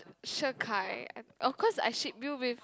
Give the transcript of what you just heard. Shakai of course I ship you with